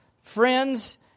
Friends